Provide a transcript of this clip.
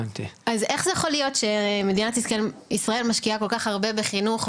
אז איך זה יכול להיות שמדינת ישראל משקיעה כל כך הרבה בחינוך,